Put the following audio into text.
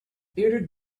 bearded